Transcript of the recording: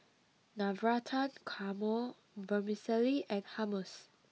Navratan Korma Vermicelli and Hummus